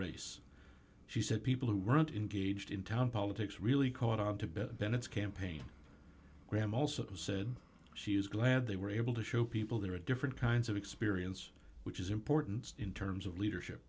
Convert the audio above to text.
race she said people who weren't engaged in town politics really caught on to better bennett's campaign graham also said she is glad they were able to show people there are different kinds of experience which is important in terms of leadership